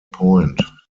point